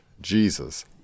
Jesus